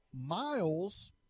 Miles